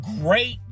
great